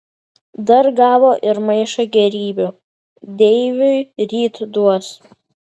dar gavo ir maišą gėrybių deiviui ryt duos